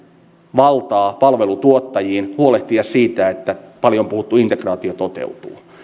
valtaa palveluntuottajiin huolehtia siitä että paljon puhuttu integraatio toteutuu